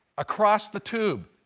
across the tube.